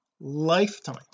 lifetime